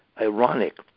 ironic